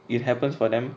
it happens for them